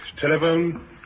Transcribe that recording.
telephone